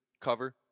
cover